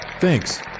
Thanks